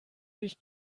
sich